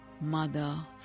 mother